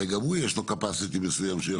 הרי גם הוא יש לו capacity מסוים שהוא יכול.